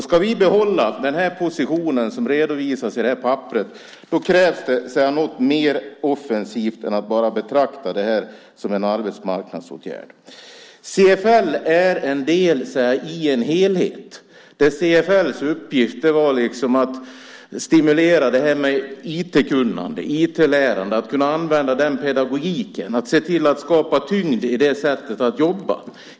Ska vi behålla den position som redovisas i rapporten, krävs något mer offensivt än att betrakta det som en arbetsmarknadsåtgärd. CFL är en del i en helhet. CFL:s uppgift var att stimulera IT-kunnande, IT-lärande, att använda den pedagogiken, att se till att skapa tyngd för det sättet att jobba.